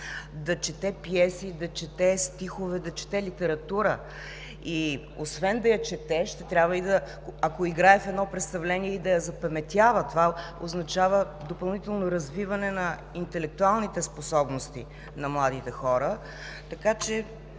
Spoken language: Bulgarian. да чете пиеси, да чете стихове, да чете литература. Освен да я чете, ще трябва, ако играе в едно представление, и да я запаметява, а това означава допълнително развиване на интелектуалните способности на младите хора. Така че